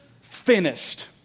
finished